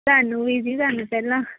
ਤੁਹਾਨੂੰ ਵੀ ਜੀ ਤੁਹਾਨੂੰ ਪਹਿਲਾਂ